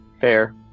fair